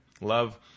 Love